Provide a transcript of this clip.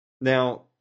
Now